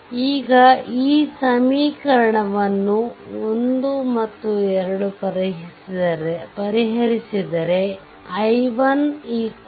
ಈಗ ಈ ಸಮೀಕರಣವನ್ನು 1 ಮತ್ತು 2 ಪರಿಹರಿಸಿದರೆ i1 3